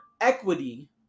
equity